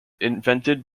invented